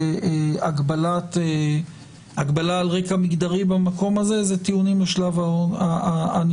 הגבלה על רקע מגדרי במקום הזה זה טיעונים בשלב הענישה,